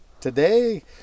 today